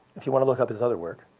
if you want to look up his other work.